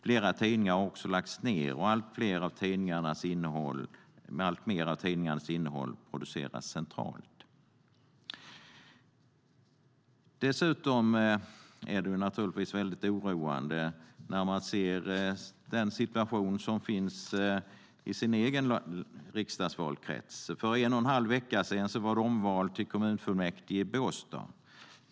Flera tidningar har lagts ned, och alltmer av tidningarnas innehåll produceras centralt. Dessutom är det oroande när jag ser den situation som råder i min egen riksdagsvalkrets. För en och en halv vecka sedan var det omval till kommunfullmäktige i Båstad.